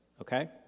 okay